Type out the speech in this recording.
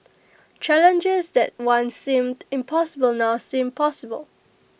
challenges that once seemed impossible now seem possible